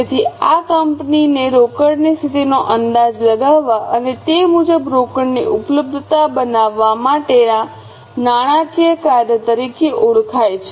તેથી આ કંપનીને રોકડની સ્થિતિનો અંદાજ લગાવવા અને તે મુજબ રોકડની ઉપલબ્ધતા બનાવવા માટેના નાણાકીય કાર્ય તરીકે ઓળખાય છે